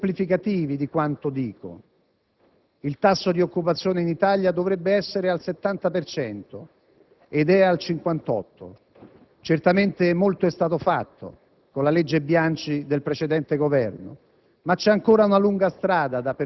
Alcuni dati, forniti da «Il Sole 24 ORE», potranno essere esemplificativi di quanto dico. Il tasso di occupazione in Italia dovrebbe essere al 70 per cento, ed è al 58; certamente molto è stato fatto,